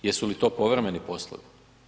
Jesu li to povremeni poslovi?